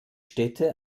städte